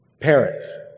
Parents